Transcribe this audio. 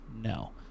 no